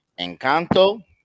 Encanto